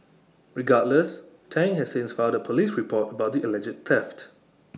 regardless Tang has since filed A Police report about the alleged theft